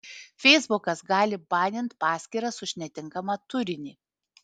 feisbukas gali banint paskyras už netinkamą turinį